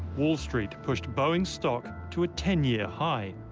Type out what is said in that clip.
wall street pushed boeing stock to a ten year high.